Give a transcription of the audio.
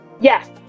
Yes